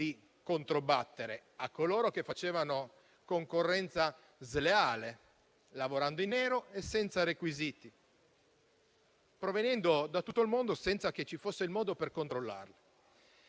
di controbattere a coloro che facevano concorrenza sleale lavorando in nero e senza requisiti, provenendo da tutto il mondo senza che ci fosse il modo per controllarle.